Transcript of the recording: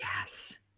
Yes